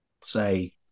say –